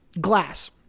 glass